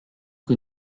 que